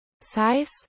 Size